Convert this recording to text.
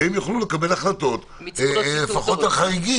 תקום איזו ועדה שהם יוכלו לקבל החלטות לפחות לחריגים.